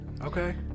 okay